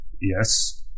Yes